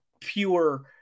pure